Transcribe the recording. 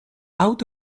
out